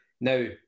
now